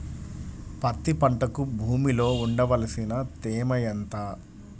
పత్తి పంటకు భూమిలో ఉండవలసిన తేమ ఎంత?